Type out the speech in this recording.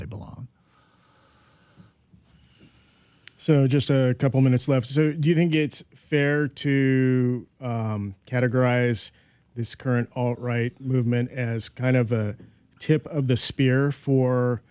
they belong so just a couple minutes left do you think it's fair to categorize this current all right movement as kind of a tip of the